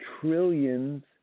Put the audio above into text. trillions